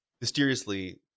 Mysteriously